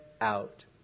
out